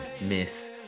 miss